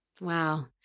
Wow